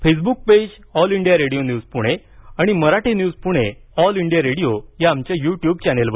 Facebook page All India Radio news Pune आणि Marathi news Pune All India Radio या आमच्या YouTube चॅनलवर